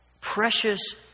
precious